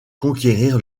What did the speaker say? conquérir